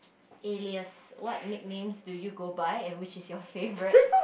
alias what nicknames do you go by and which is your favourite